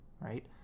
right